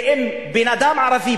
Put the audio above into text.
ואם בן-אדם ערבי,